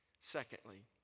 Secondly